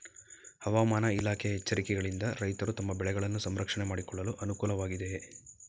ಹವಾಮಾನ ಇಲಾಖೆಯ ಎಚ್ಚರಿಕೆಗಳಿಂದ ರೈತರು ತಮ್ಮ ಬೆಳೆಗಳನ್ನು ಸಂರಕ್ಷಣೆ ಮಾಡಿಕೊಳ್ಳಲು ಅನುಕೂಲ ವಾಗಿದೆಯೇ?